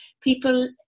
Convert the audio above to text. people